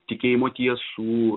tikėjimo tiesų